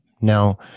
Now